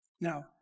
Now